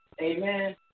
amen